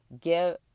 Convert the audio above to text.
give